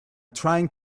trying